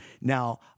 Now